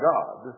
God